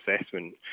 assessment